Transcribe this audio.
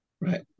Right